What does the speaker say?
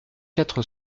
quatre